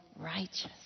righteous